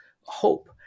hope